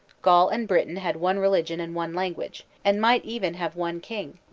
gaul and britain had one religion and one language, and might even have one king,